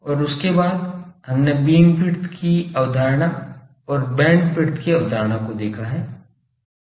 और उसके बाद हमने बीमविड्थ की अवधारणा और बैंडविड्थ की अवधारणा को देखा है